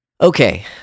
Okay